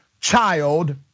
child